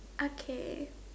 okay